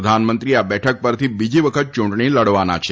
પ્રધાનમંત્રી આ બેઠક પરથી બીજી વખત ચૂંટણી લડવાના છે